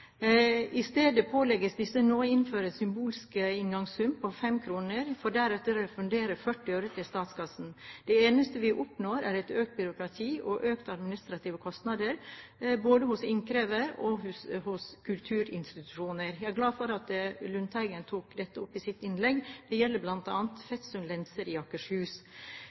I stedet pålegges disse nå å innføre en symbolsk inngangssum på 5 kr, for deretter å refundere 40 øre til statskassen. Det eneste vi oppnår, er økt byråkrati og økte administrative kostnader, både for innkrever og for kulturinstitusjoner. Jeg er glad for at Lundteigen tok dette opp i sitt innlegg. Dette gjelder bl.a. Fetsund Lenser i Akershus.